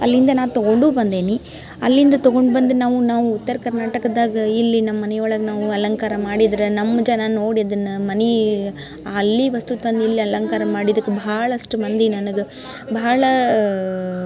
ಅಲ್ಲಿಂದ ನಾ ತಗೊಂಡೂ ಬಂದೀನಿ ಅಲ್ಲಿಂದ ತಗೊಂಡು ಬಂದು ನಾವು ನಾವು ಉತ್ತರ ಕರ್ನಾಟಕದಾಗ ಇಲ್ಲಿ ನಮ್ಮ ಮನೆ ಒಳಗೆ ನಾವು ಅಲಂಕಾರ ಮಾಡಿದರೆ ನಮ್ಮ ಜನ ನೋಡಿ ಅದನ್ನು ಮನೆ ಅಲ್ಲಿ ವಸ್ತು ತಂದು ಇಲ್ಲಿ ಅಲಂಕಾರ ಮಾಡಿದ್ದಕ್ಕೆ ಭಾಳಷ್ಟು ಮಂದಿ ನನ್ಗೆ ಭಾಳ